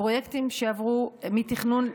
הפרויקטים שעברו מתכנון,